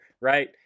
right